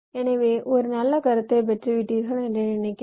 எனவே ஒரு நல்ல கருத்தை பெற்று விட்டீர்கள் என்று நினைக்கிறேன்